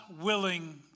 willing